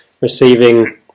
receiving